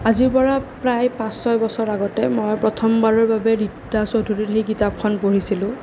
আজিৰপৰা প্ৰায় পাঁচ ছয় বছৰ আগতে মই প্ৰথমবাৰৰ বাবে ৰীতা চৌধুৰীৰ সেই কিতাপখন পঢ়িছিলোঁ